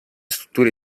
strutture